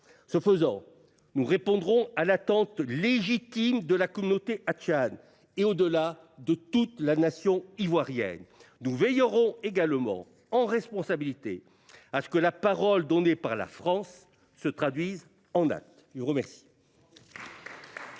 Ce faisant, nous répondrons à l'attente légitime de la communauté hachiane et au-delà de toute la nation ivoirienne. Nous veillerons également en responsabilité à ce que la parole donnée par la France se traduise en hâte. Je vous remercie.